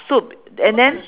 soup and then